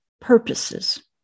purposes